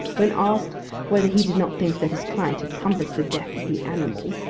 when asked whether he did not think that his client had compassed the death of the animal,